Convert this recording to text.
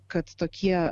kad tokie